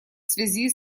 связи